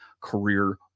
career